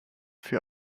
für